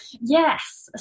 yes